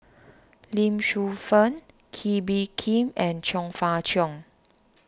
Lee Shu Fen Kee Bee Khim and Chong Fah Cheong